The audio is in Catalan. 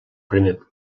primer